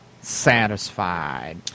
satisfied